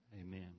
amen